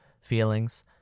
feelings